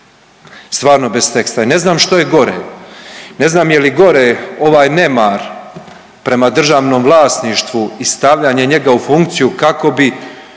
stvarno bez teksta i ne znam što je gore. Ne znam je li gore ovaj nemar prema državnom vlasništvu i stavljanje njega u funkciju kako bi